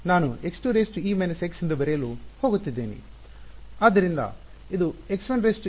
ಆದ್ದರಿಂದ N1e ನ್ನು ನಾನು x2e x ಎಂದು ಬರೆಯಲು ಹೋಗುತ್ತಿದ್ದೇನೆ